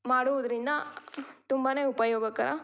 ಮಾಡುವುದರಿಂದ ತುಂಬನೇ ಉಪಯೋಗಕರ